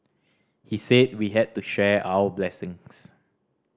he said we had to share our blessings